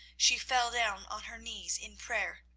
she fell down on her knees in prayer.